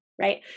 right